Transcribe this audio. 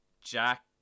Jack